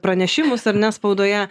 pranešimus ar ne spaudoje